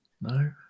No